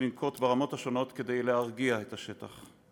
לנקוט ברמות השונות כדי להרגיע את השטח.